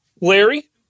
Larry